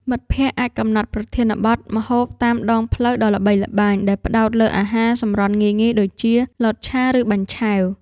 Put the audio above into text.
មិត្តភក្តិអាចកំណត់ប្រធានបទ ម្ហូបតាមដងផ្លូវដ៏ល្បីល្បាញ ដែលផ្ដោតលើអាហារសម្រន់ងាយៗដូចជា លតឆា ឬបាញ់ឆែវ។